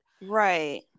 Right